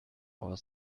our